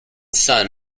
son